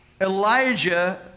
Elijah